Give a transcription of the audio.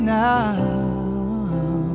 now